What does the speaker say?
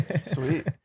Sweet